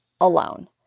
alone